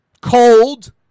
cold